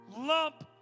lump